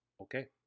Okay